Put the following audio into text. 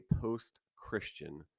post-Christian